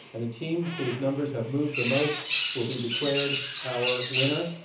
and the team whose numbers have moved the most will be declared our winner.